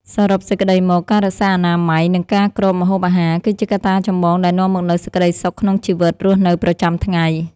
សរុបសេចក្តីមក ការរក្សាអនាម័យ និងការគ្របម្ហូបអាហារ គឺជាកត្តាចម្បងដែលនាំមកនូវសេចក្តីសុខក្នុងជីវិតរស់នៅប្រចាំថ្ងៃ។